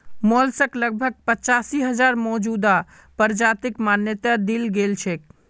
mollusc लगभग पचासी हजार मौजूदा प्रजातिक मान्यता दील गेल छेक